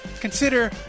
consider